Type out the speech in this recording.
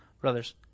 Brothers